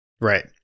Right